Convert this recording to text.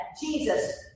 Jesus